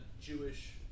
Jewish